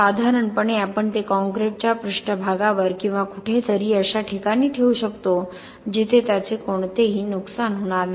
साधारणपणे आपण ते कॉंक्रिटच्या पृष्ठभागावर किंवा कुठेतरी अशा ठिकाणी ठेवू शकतो जेथे त्याचे कोणतेही नुकसान होत नाही